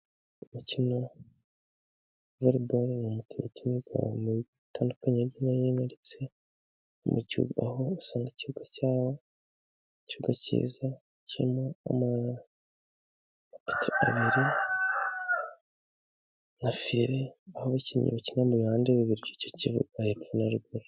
Umukino voreboru n'umukino ukinirwa mu bibuga bitandukanye hirya no hino ndetse no mubigo aho usanga ikibuga kiza cy'amapoto abiri na fire aho abakinnyi bakina mu bihande bibiri icyo kibuga epfo na ruguru.